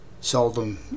seldom